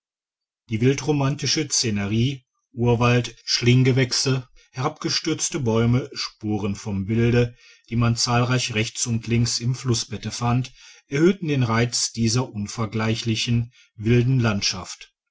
die wildromantische scenerie urwald schlinggewächse herabgestürzte bäume spuren vom wilde die man zahlreich rechts und links im flussbette fand erhöhten den reiz dieser unvergleichlichen wilden landschaft